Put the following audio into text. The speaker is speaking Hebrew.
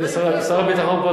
הנה, שר הביטחון פה.